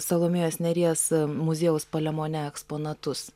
salomėjos nėries muziejaus palemone eksponatus